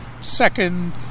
second